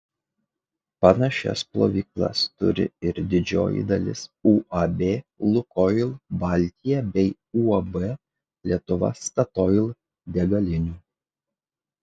panašias plovyklas turi ir didžioji dalis uab lukoil baltija bei uab lietuva statoil degalinių